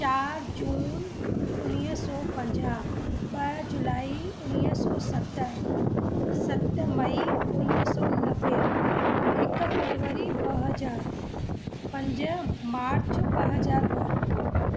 चारि जून उणिवीह सौ पंजाहु ॿ जुलाई उणिवीह सौ सतरि सत मई उणिवीह सौ नवे हिकु फरवरी ॿ हज़ार पंज मार्च ॿ हज़ार ॿ